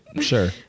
sure